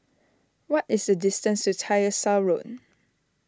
what is the distance to Tyersall Road